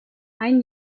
ein